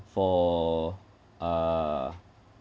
for uh